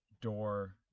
door